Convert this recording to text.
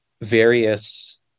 various